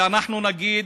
ואנחנו נגיד